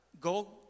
go